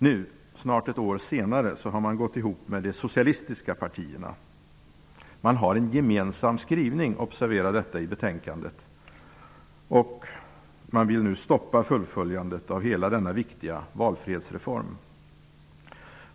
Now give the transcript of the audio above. Nu, snart ett år senare, har man gått ihop med de socialistiska partierna -- observera att man har en gemensam skrivning i betänkandet -- och vill nu stoppa fullföljandet av hela denna viktiga valfrihetsreform.